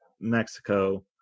mexico